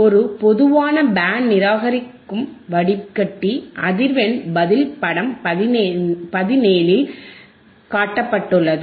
ஒரு பொதுவான பேண்ட் நிராகரிப்பு வடிகட்டி அதிர்வெண் பதில் படம் 17 இதில் காட்டப்பட்டுள்ளது